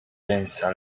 jamesa